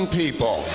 people